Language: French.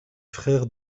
frères